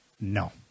no